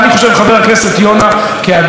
כאדם חברתי בבית הזה,